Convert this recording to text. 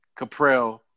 Caprell